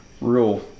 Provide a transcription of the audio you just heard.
real